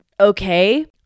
okay